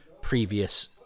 previous